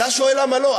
אתה שואל למה לא.